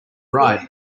ride